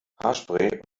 haarspray